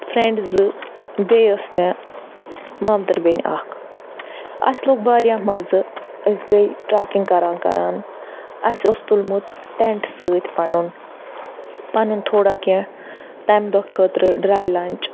friend زٕ بیٚیہِ ٲسۍ مےٚ مامتٕر بیٚنہِ اَکھ اسہِ لوٚگ واریاہ مَزٕ أسۍ گٔے ٹرٛیکِنٛگ کران کران اسہِ اوس تُلمُت ٹیٚنٛٹ سۭتۍ پَنُن پَنُن تھوڑا کیٚنٛہہ تَمہِ دۄہ خٲطرٕ ڈرٛاے لَنچ